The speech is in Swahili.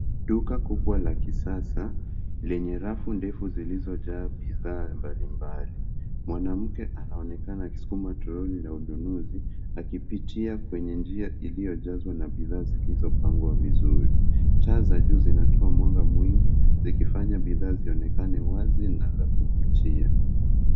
Duka kubwa la kisasa lenye rafu ndefu zilizojaa bidhaa mbalimbali. Mwanamke anaonekana akisukuma toroli la ununuzi akiptia kwenye njia iliyojazwa bidhaa zilizopangwa vizuri. Taa za juu zinatoa mwanga mwingi zikifanya bidhaa zionekana wazi na za kuvutia.